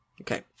Okay